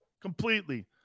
Completely